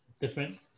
different